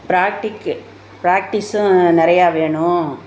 ப்ராக்டிக்கு ப்ராக்டிஸ்ஸும் நிறையா வேணும்